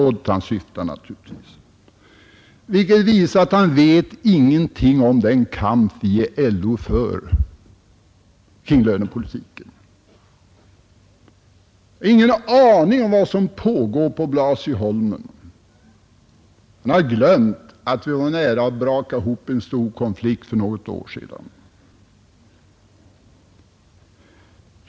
Han syftar naturligtvis på LO-området. Detta visar att han inte vet något om den kamp som vi i LO för kring lönepolitiken. Han har ingen aning om vad som pågår på Blasieholmen. Han har glömt att vi var nära att braka ihop i en stor konflikt för något år sedan.